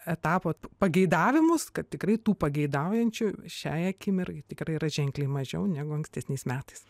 etapo pageidavimus kad tikrai tų pageidaujančių šiai akimirkai tikrai yra ženkliai mažiau negu ankstesniais metais